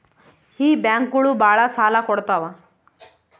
ಈ ಬ್ಯಾಂಕುಗಳು ಭಾಳ ಸಾಲ ಕೊಡ್ತಾವ